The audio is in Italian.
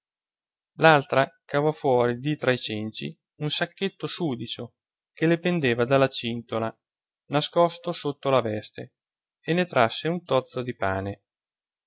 l'altra cavò fuori di tra i cenci un sacchetto sudicio che le pendeva dalla cintola nascosto sotto la veste e ne trasse un tozzo di pane